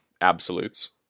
absolutes